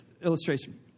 illustration